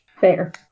Fair